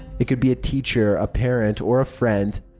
it could be a teacher, a parent, or a friend,